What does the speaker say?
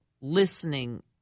listening